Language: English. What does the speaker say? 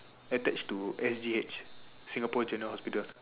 attached to S_G_H Singapore general hospital